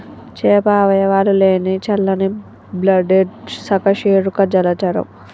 చేప అవయవాలు లేని చల్లని బ్లడెడ్ సకశేరుక జలచరం